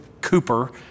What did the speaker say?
Cooper